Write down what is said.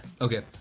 Okay